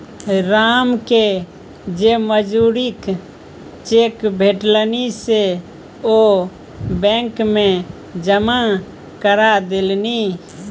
रामकेँ जे मजूरीक चेक भेटलनि से ओ बैंक मे जमा करा देलनि